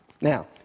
Now